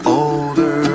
older